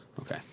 Okay